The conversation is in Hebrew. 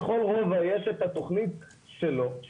לכל רובע יש את התכנית שלה.